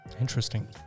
Interesting